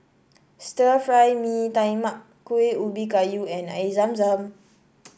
Stir Fry Mee Tai Mak Kuih Ubi Kayu and Air Zam Zam